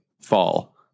fall